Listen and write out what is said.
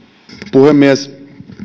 puhemies